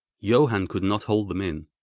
johann could not hold them in